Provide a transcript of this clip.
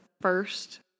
first